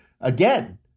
again